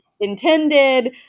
intended